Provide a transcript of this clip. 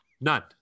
None